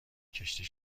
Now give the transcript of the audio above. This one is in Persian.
کشتی